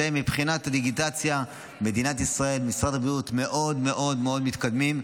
מבחינת הדיגיטציה מדינת ישראל ומשרד הבריאות מאוד מאוד מאוד מתקדמים.